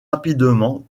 rapidement